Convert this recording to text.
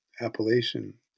appellation